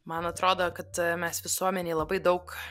man atrodo kad mes visuomenei labai daug